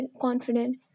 confident